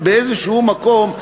באיזשהו מקום,